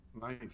Nice